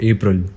April